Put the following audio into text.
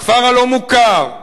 בכפר הלא-מוכר,